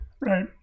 Right